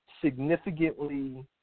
significantly